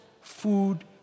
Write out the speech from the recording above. food